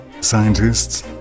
scientists